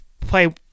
play